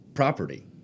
Property